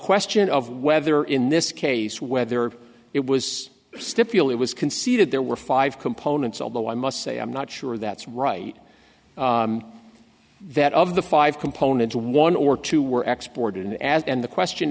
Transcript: question of whether in this case whether it was stipulate was conceded there were five components although i must say i'm not sure that's right that of the five components one or two were exported as and the question